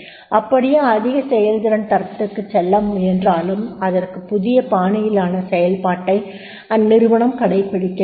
அப்படியே அதிக செயல்திறன் தரத்திற்குச் செல்ல முயன்றாலும் அதற்கு புதிய பாணியிலான செயல்பாட்டை அந்நிறுவனம் கடைப்பிடிக்க வேண்டும்